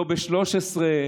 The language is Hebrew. לא ב-13,